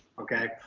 okay.